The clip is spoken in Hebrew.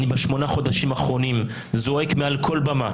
בשמונת החודשים האחרונים אני זועק מעל כל במה